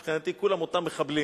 מבחינתי כולם אותם מחבלים,